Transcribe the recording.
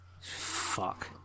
Fuck